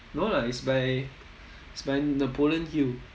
no lah it's by it's by napoleon hill